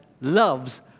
loves